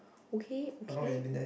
okay okay